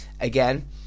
again